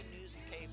newspaper